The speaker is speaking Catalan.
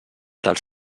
dels